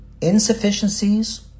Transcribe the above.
insufficiencies